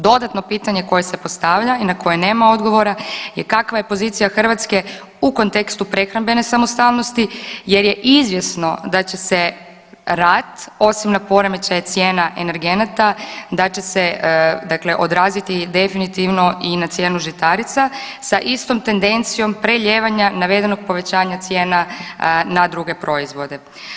Dodatno pitanje koje se postavlja i na koje nema odgovora je kakva je pozicija Hrvatske u kontekstu prehrambene samostalnosti jer je izvjesno da će se rat osim na poremećaj cijena energenata, da će se odraziti definitivno i na cijenu žitarica sa istom tendencijom prelijevanja navedenog povećanja cijena na druge proizvode.